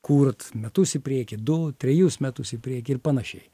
kurt metus į priekį du trejus metus į priekį ir panašiai